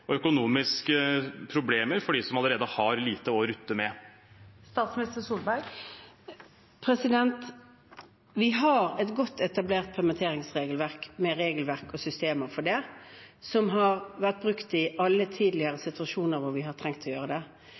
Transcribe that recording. og økonomiske problemer for dem som allerede har lite å rutte med? Vi har et godt etablert permitteringsregelverk, med regelverk og systemer for det, som har vært brukt i alle tidligere situasjoner hvor vi har trengt å gjøre det. Jeg ser det ikke som formålstjenlig nå å gjøre store endringer i det